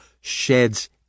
sheds